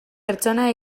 pertsona